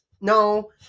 No